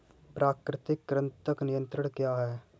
प्राकृतिक कृंतक नियंत्रण क्या है?